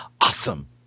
awesome